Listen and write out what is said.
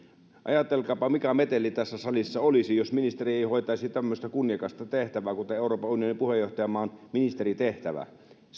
ajatelkaapa mikä meteli tässä salissa olisi jos ministeri ei hoitaisi tämmöistä kunniakasta tehtävää kuin euroopan unionin puheenjohtajamaan ministeritehtävä